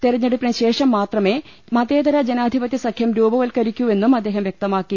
തെരഞ്ഞെടുപ്പിന് ശേഷം മാത്രമേ മതേതര ജനാധിപത്യ സഖ്യം രൂപവൽക്കരിക്കൂവെന്നും അദ്ദേഹം വൃക്തമാക്കി